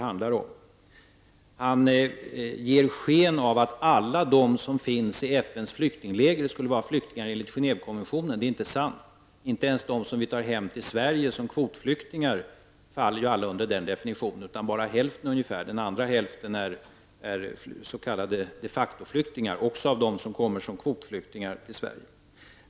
Sverker Åström ger sken av att alla personer som finns i FNs flyktingläger skulle vara flyktingar enligt Genèvekonventionen. Det är inte sant. Inte ens alla de som vi tar hem till Sverige som kvotflyktingar faller under den definitionen, utan ungefär bara hälften. Den andra hälften utgörs av s.k. de factoflyktingar, även om de kommer hit som kvotflyktingar.